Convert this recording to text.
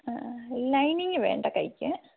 lining വേണ്ട കയ്ക്ക്